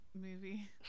Movie